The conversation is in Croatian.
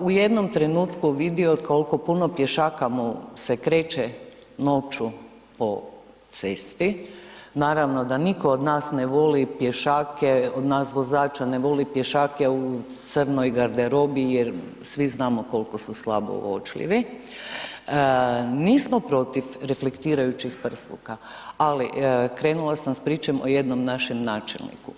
u jednom trenutku vidio koliko puno pješaka mu se kreće noću po cesti, naravno da nitko od nas ne voli pješake, od nas vozača ne voli pješake u crnoj garderobi jer svi znamo koliko su slabo uočljivi, nismo protiv reflektirajućih prsluka, ali krenula sam s pričom o jednom našem načelniku.